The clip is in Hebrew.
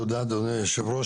תודה, אדוני היושב-ראש.